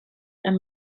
and